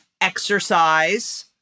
exercise